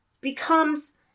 becomes